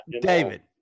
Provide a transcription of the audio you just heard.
David